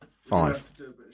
five